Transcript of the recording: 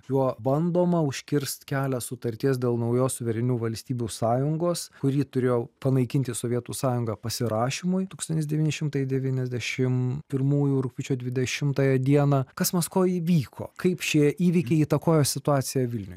juo bandoma užkirst kelią sutarties dėl naujos suverenių valstybių sąjungos kuri turėjo panaikinti sovietų sąjungą pasirašymui tūkstantis devyni šimtai devyniasdešim pirmųjų rugpjūčio dvidešimtąją dieną kas maskvoje įvyko kaip šie įvykiai įtakojo situaciją vilniuj